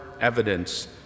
evidence